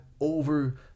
over